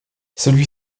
celui